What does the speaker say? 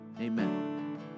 Amen